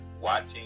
watching